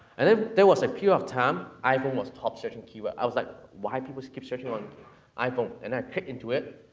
and then, there was a period of time iphone was top-searching keyword. i was like, why people keep searching on iphone? and i hit into it,